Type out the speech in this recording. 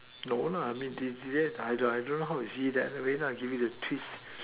no lah I mean did did they I don't I don't know how you see that later I give it a twist